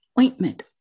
ointment